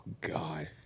God